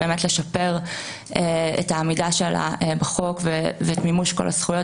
לשפר את העמידה שלה בחוק ואת מימוש כל הזכויות,